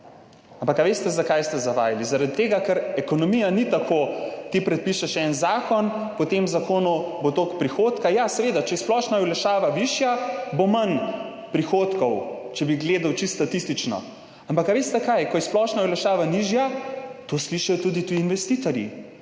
Ampak veste, zakaj ste zavajali? Zaradi tega, ker ekonomija ni taka, da ti predpišeš en zakon, po tem zakonu bo toliko prihodka. Ja, seveda, če je splošna olajšava višja, bo manj prihodkov, če bi gledal čisto statistično. Ampak veste, kaj? Ko je splošna olajšava nižja, to slišijo tudi tuji investitorji.